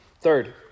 Third